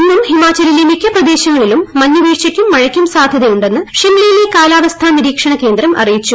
ഇന്നും ഹിമാചലിലെ മിക്ക പ്രദേശങ്ങളിലും മഞ്ഞുവീഴ്ചക്കും മഴയ്ക്കും സാദ്ധ്യതയുണ്ടെന്ന് ഷിംലയിലെ കാലാവസ്ഥാ നിരീക്ഷണ കേന്ദ്രം അറിയിച്ചു